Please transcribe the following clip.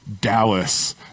Dallas